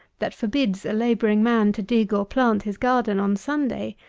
that forbids a labouring man to dig or plant his garden on sunday,